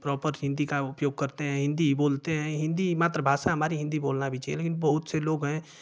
proper Hindi का उपयोग करते हैं हिन्दी ही बोलते हैं हिन्दी ही मातृभाषा है हमारी हिन्दी बोलना भी चाहिए लेकिन बहुत से लोग हैं